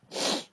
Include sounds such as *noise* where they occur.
*breath*